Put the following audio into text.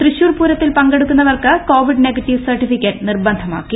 തൃശൂർ പൂരത്തിൽ പങ്കെടുക്കുന്നവർക്ക് Covid negative certificate നിർബന്ധമാക്കി